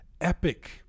epic